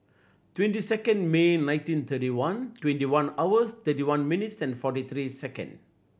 twenty second May nineteen thirty one twenty one hours thirty one minutes and forty three second